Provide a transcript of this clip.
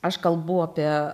aš kalbu apie